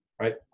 right